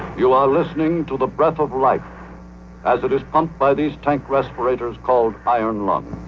you are listening to the breath of life as it is pumped by these tank respirators called iron lungs